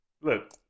Look